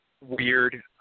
weird